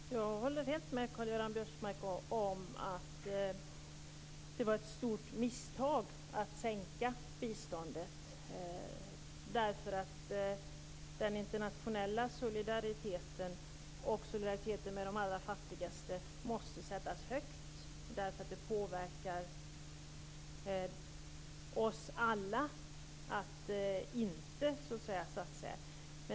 Fru talman! Jag håller helt med Karl-Göran Biörsmark om att det var ett stort misstag att sänka biståndet. Den internationella solidariteten och solidariteten med de allra fattigaste måste sättas högt därför att det påverkar oss alla att inte satsa.